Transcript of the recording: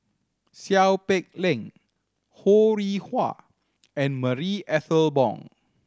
Seow Peck Leng Ho Rih Hwa and Marie Ethel Bong